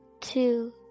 two